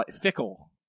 Fickle